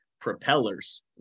propellers